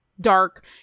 dark